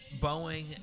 Boeing